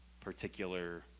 particular